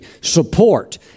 support